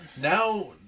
now